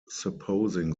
supposing